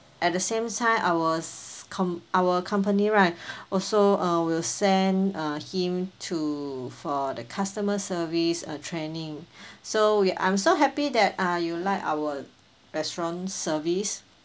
at the same time I was com~ our company right also uh will send uh him to for the customer service uh training so we I'm so happy that uh you like our restaurant service